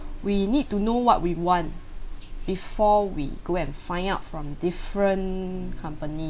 we need to know what we want before we go and find out from different company